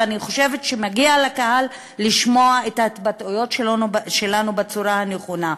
ואני חושבת שמגיע לקהל לשמוע את ההתבטאויות שלנו בצורה הנכונה,